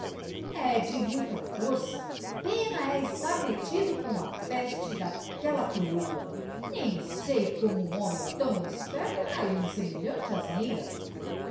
de muita força pena é estar metido com a peste daquela crioula nem sei como um homem tão esperto caiu em semelhante asneira